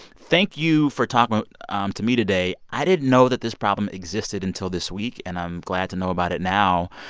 thank you for talking um to me today. i didn't know that this problem existed until this week, and i'm glad to know about it now.